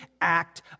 act